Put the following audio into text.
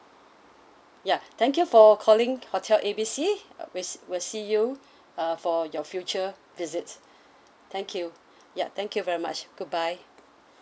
ya thank you for calling hotel A B C we'll s~ we'll see you uh for your future visits thank you ya thank you very much goodbye